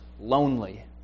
lonely